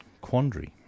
quandary